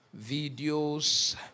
videos